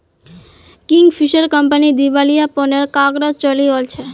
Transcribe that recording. Kingfisher company दिवालियापनेर कगारत चली ओल छै